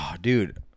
dude